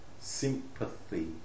sympathy